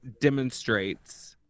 demonstrates